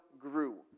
grew